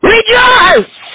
Rejoice